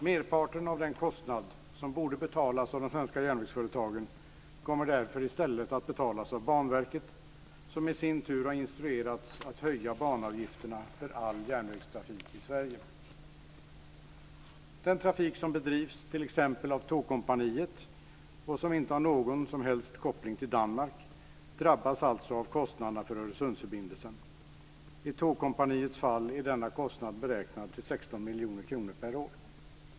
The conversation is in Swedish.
Merparten av den kostnad som borde betalas av de svenska järnvägsföretagen kommer därför i stället att betalas av Banverket, som i sin tur har instruerats att höja banavgifterna för all järnvägstrafik i Sverige. och som inte har någon som helst koppling till Danmark - drabbas alltså av kostnaderna för Öresundsförbindelsen. I Tågkompaniets fall är denna kostnad beräknad till 16 miljoner kronor per år.